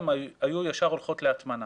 הן היו הולכות ישר להטמנה.